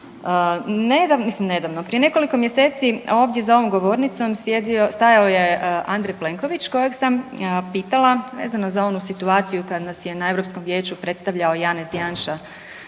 nedavno, prije nekoliko mjeseci ovdje za ovom govornicom stajao je Andrej Plenković kojeg sam pitala vezano za onu situaciju kada nas je na Europskom vijeću predstavljao Janez Janša.